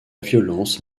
violence